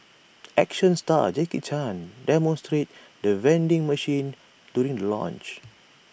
action star Jackie chan demonstrates the vending machine during the launch